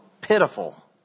pitiful